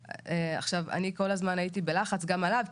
עכשיו אני כל הזמן הייתי בלחץ גם עליו,